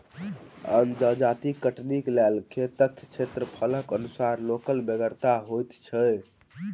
अन्न जजाति कटनीक लेल खेतक क्षेत्रफलक अनुसार लोकक बेगरता होइत छै